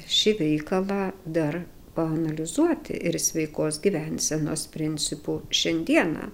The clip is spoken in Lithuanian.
šį veikalą dar paanalizuoti ir sveikos gyvensenos principų šiandieną